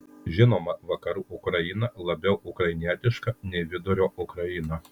žinoma vakarų ukraina labiau ukrainietiška nei vidurio ukraina